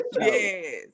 Yes